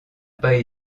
pas